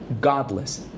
godless